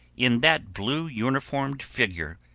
in that blue-uniformed figure,